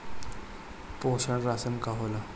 पोषण राशन का होला?